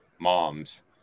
mom's